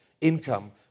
income